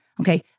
Okay